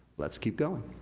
let's keep going.